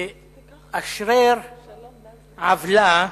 לאשרר עוולה